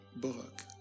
book